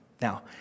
Now